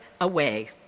away